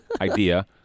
idea